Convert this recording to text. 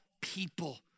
people